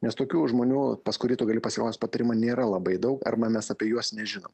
nes tokių žmonių pas kurį tu gali pasiklaust patarimo nėra labai daug arba mes apie juos nežinom